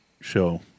show